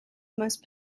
most